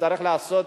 וצריך לעשות,